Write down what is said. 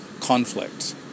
conflict